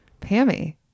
Pammy